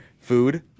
food